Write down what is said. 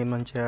ఏ మంచిగా